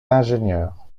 ingénieurs